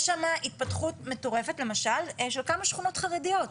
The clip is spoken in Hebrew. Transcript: יש שם התפתחות מטורפת למשל של כמה שכונות חרדיות.